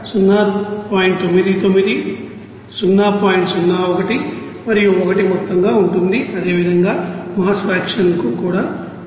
01 మరియు 1 మొత్తంగా ఉంటుంది అదేవిధంగామాస్ ఫ్రేక్షన్కు కూడా ఉంటుంది